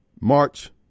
march